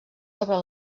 sobre